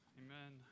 amen